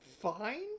fine